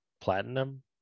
platinum